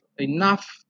enough